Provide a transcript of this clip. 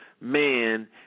man